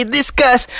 discuss